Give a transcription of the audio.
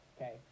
okay